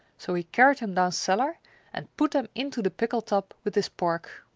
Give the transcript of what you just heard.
so he carried them down cellar and put them into the pickle tub with his pork.